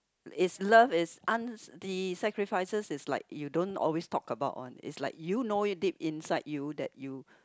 is love is un~ the sacrifices is like you don't always talk about one is like you know it deep inside you that you